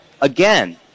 again